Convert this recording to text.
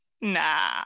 nah